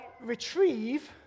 retrieve